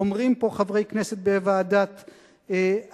אומרים פה חברי כנסת בוועדת הכלכלה.